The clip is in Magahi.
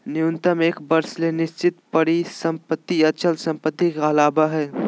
न्यूनतम एक वर्ष ले निश्चित परिसम्पत्ति अचल संपत्ति कहलावय हय